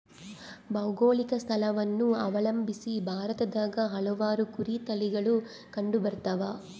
ಭೌಗೋಳಿಕ ಸ್ಥಳವನ್ನು ಅವಲಂಬಿಸಿ ಭಾರತದಾಗ ಹಲವಾರು ಕುರಿ ತಳಿಗಳು ಕಂಡುಬರ್ತವ